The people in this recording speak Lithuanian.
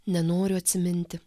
nenoriu atsiminti